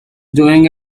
doing